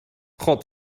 خوب